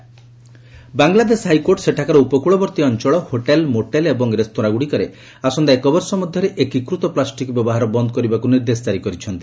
Bangladesh high court Bangladesh high court ସେଠାକାର ଉପକୂଳବର୍ତ୍ତୀ ଅଞ୍ଚଳ ହୋଟେଲ୍ ମୋଟେଲ୍ ଏବଂ ରେସ୍ତୋରାଁଗୁଡ଼ିକରେ ଆସନ୍ତା ଏକବର୍ଷ ମଧ୍ୟରେ ଏକୀକୃତ ପ୍ଲାଷ୍ଟିକ୍ ବ୍ୟବହାର ବନ୍ କରିବାକୁ ନିର୍ଦ୍ଦେଶ ଜାରି କରିଛନ୍ତି